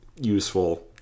useful